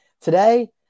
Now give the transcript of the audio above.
Today